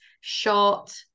short